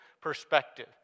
perspective